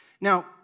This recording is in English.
Now